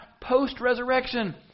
post-resurrection